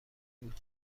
بود